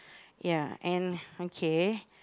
ya and okay